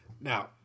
Now